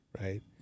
Right